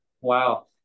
wow